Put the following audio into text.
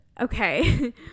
Okay